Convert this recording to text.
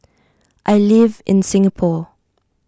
I live in Singapore